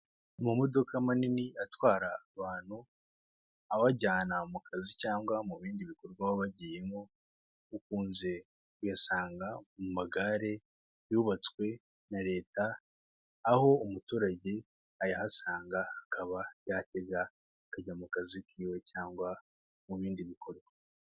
Amodoka manini atwara abantu, abajyana mu kazi cyangwa mu bindi bikorwa baba bagiyemo, ukunze kuyasanga mu magare yubatswe na leta, aho umuturage ayahasanga akaba yatega akajya mu kazi kiwe cyangwa mu bindi bikorwa.